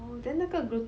then 那个 glu~